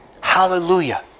Hallelujah